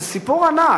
זה סיפור ענק.